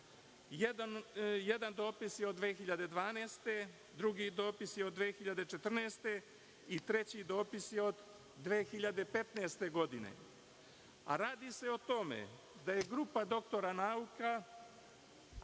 Jedan dopis je od 2012. godine, drugi dopis je od 2014. godine i treći dopis je od 2015. godine. Radi se o tome da je grupa doktora nauka